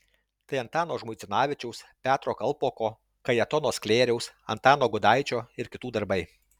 tai antano žmuidzinavičiaus petro kalpoko kajetono sklėriaus antano gudaičio ir kitų darbai